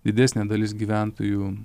didesnė dalis gyventojų